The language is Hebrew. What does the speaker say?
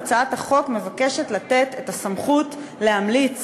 הצעת החוק מבקשת לתת את הסמכות להמליץ